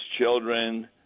children